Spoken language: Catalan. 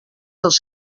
els